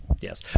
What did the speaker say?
yes